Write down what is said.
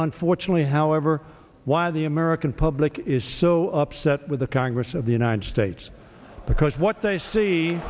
unfortunately however why the american public is so upset with the congress of the united states because what they see